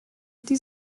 die